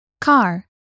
car